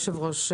היושב-ראש,